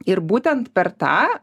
ir būtent per tą